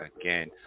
again